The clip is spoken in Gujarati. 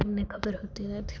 એમને ખબર હોતી નથી